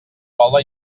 vola